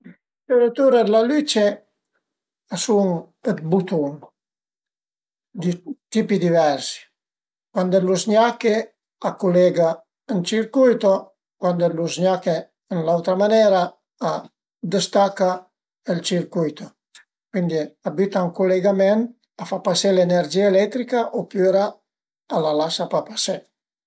I interutur d'la lüce a sun dë butun dë tipi diversi, cuandi lu zgnache a culega ën circuito, cuandi lu zgnache ën l'auta manera a dëstaca ël circuito, cuindi a büta ën culegament, a fa pasé l'energia eletrica opüra a la lasa pa pasé